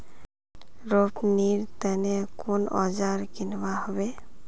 रोपनीर तने कुन औजार किनवा हबे